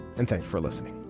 and thanks for listening